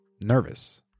nervous